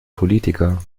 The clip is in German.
politiker